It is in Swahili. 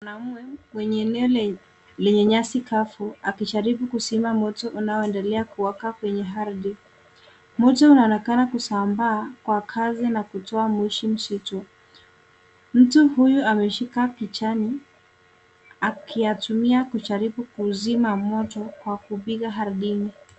Mwanaume kwenye eneo lenye nyasi kavu akijaribu kuzima moto unaoendelea kuwaka kwenye ardhi. Moto unaonekana kusambaa kwa kasi na kutoa moshi mzito. Mtu huyu ameshika kijani akiyatumia kujaribu kuzima moto kwa kupiga ardhini.